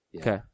Okay